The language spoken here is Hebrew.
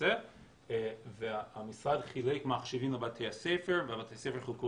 קצה והמשרד חילק מחשבים לבתי הספר ובתי הספר חילקו